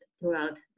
throughout